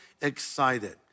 excited